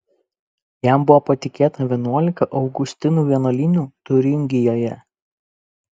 jam buvo patikėta vienuolika augustinų vienuolynų tiuringijoje